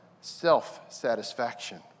self-satisfaction